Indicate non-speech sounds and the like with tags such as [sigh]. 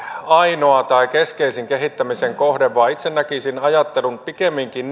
ainoa tai keskeisin kehittämisen kohde vaan itse näkisin pikemminkin [unintelligible]